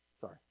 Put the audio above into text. Sorry